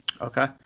Okay